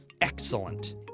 Excellent